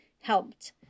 helped